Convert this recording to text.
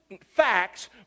facts